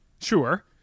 Sure